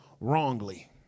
wrongly